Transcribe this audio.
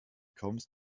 kommst